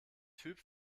typ